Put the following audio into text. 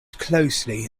closely